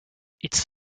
its